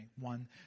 one